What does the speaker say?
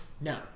No